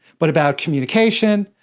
but about communication,